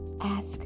ask